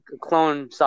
Clone